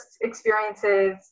experiences